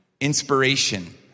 inspiration